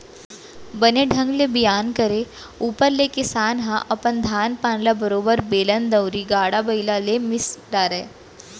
बने ढंग के बियान करे ऊपर ले किसान ह अपन धान पान ल बरोबर बेलन दउंरी, गाड़ा बइला ले मिस डारय